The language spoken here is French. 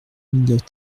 mille